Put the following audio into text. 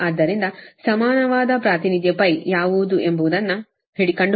ಆದ್ದರಿಂದ ಸಮಾನವಾದ ಪ್ರಾತಿನಿಧ್ಯ ಯಾವುದು ಎಂಬುವುದನ್ನು ಕಂಡುಹಿಡಿಯಭೇಕು